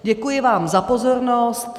Děkuji vám za pozornost.